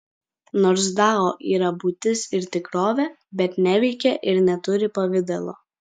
nors dao yra būtis ir tikrovė bet neveikia ir neturi pavidalo